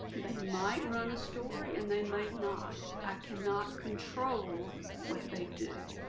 they might run a story and they might not. i cannot control what they do.